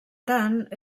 tant